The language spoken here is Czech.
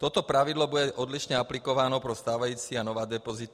Toto pravidlo bude odlišně aplikováno pro stávající a nová depozita.